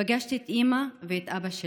פגשתי את האימא ואת האבא שלו.